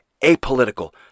apolitical